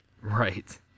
Right